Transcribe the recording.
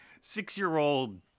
six-year-old